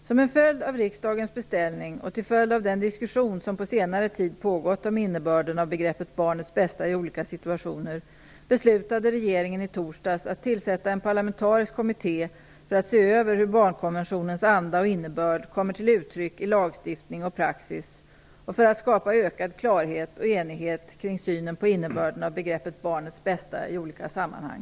Som en följd av riksdagens beställning och till följd av den diskussion som på senare tid pågått om innebörden av begreppet "barnets bästa" i olika situationer beslutade regeringen i torsdags att tillsätta en parlamentarisk kommitté för att se över hur barnkonventionens anda och innebörd kommer till uttryck i lagstiftning och praxis och för att skapa ökad klarhet och enighet kring synen på innebörden av begreppet "barnets bästa" i olika sammanhang.